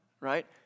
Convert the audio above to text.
right